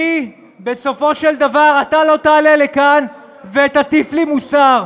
בסופו של דבר, אתה לא תעלה לכאן ותטיף לי מוסר,